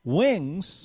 wings